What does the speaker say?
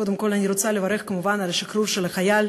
קודם כול אני רוצה לברך כמובן על שחרור החייל.